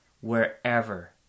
wherever